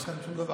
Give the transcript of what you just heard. אז למה עכשיו,